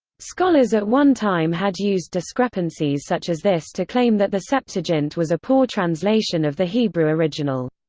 scholars at one time had used discrepancies such as this to claim that the septuagint was a poor translation of the hebrew original.